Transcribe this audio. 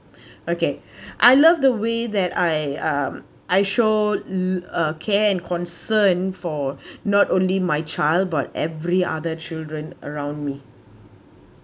okay I love the way that I um I show l~ care and concern for not only my child but every other children around me